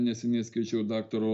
neseniai skaičiau daktaro